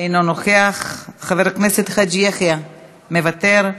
אינו נוכח, חבר הכנסת חאג' יחיא, מוותר,